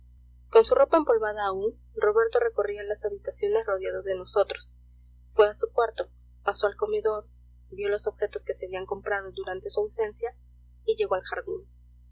con su ropa empolvada aún roberto recorría las habitaciones rodeado de nosotros fué a su cuarto pasó al comedor vio los objetos que se habían comprado durante su ausencia y llegó al jardín